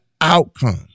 outcome